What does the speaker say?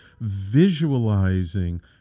visualizing